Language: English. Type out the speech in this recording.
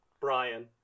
Brian